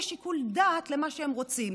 יש שיקול דעת למה שהם רוצים.